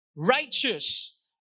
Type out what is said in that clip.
Righteous